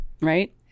Right